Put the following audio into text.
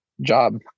job